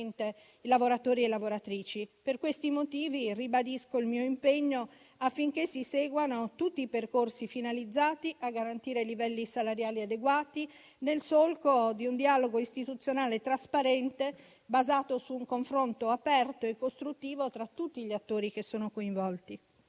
lavoratori e lavoratrici. Per questi motivi, ribadisco il mio impegno affinché si seguano tutti i percorsi finalizzati a garantire livelli salariali adeguati, nel solco di un dialogo istituzionale trasparente, basato su un confronto aperto e costruttivo tra tutti gli attori coinvolti.